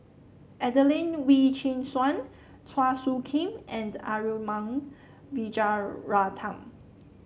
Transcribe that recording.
Adelene Wee Chin Suan Chua Soo Khim and Arumugam Vijiaratnam